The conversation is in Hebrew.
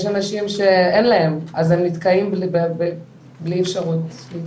יש אנשים שאין להם אז הם נתקעים בלי אפשרות להתחתן.